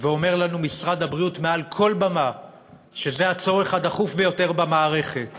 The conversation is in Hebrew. ואומר לנו משרד הבריאות מעל כל במה שזה הצורך הדחוף ביותר במערכת,